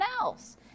else